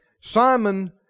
Simon